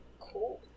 cool